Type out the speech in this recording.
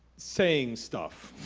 saying stuff